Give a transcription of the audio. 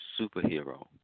superhero